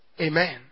Amen